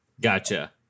Gotcha